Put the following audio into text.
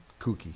kooky